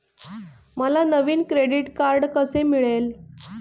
मला नवीन credit card कसे मिळेल?